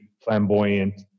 flamboyant